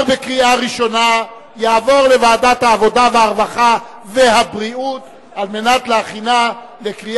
לוועדת העבודה, הרווחה והבריאות נתקבלה.